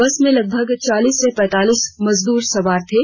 बस में लगभग चालीस से पैंतालीस मजदूर सवार थे